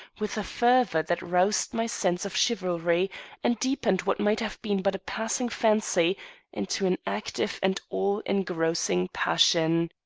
with a fervor that roused my sense of chivalry and deepened what might have been but a passing fancy into an active and all-engrossing passion.